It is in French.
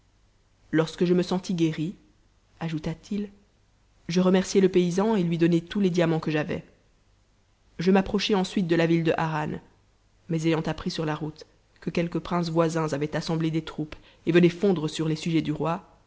lorsque je me sentis guéri ajouta-t-il je remerciai le paysan et lui donnai tous les diamants que j'avais je m'approchai ensuite de la ville de harran mais ayant appris sur la route que quelques princes voisins avaient assemblé des troupes et venaient fondre sur les sujets du roi